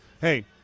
hey